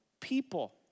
people